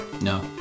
No